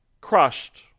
crushed